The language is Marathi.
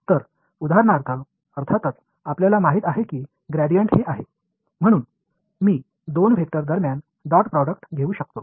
तर उदाहरणार्थ अर्थातच आपल्याला माहित आहे की ग्रेडियंट हे आहे म्हणून मी दोन वेक्टर दरम्यान डॉट प्रोडक्ट घेऊ शकतो